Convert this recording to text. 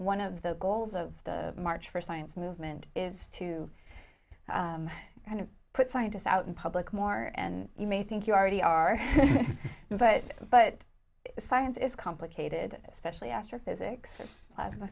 one of the goals of the march for science movement is to kind of put scientists out in public more and you may think you already are but but science is complicated especially astrophysics